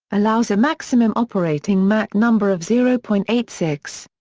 allows a maximum operating mach number of zero point eight six.